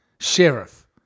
Sheriff